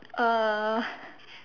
uh